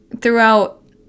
throughout